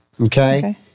Okay